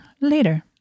later